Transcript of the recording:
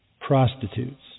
prostitutes